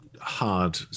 hard